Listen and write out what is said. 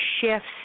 shifts